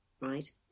right